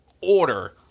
order